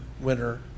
winner